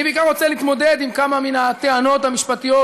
אני בעיקר רוצה להתמודד עם כמה מהטענות המשפטיות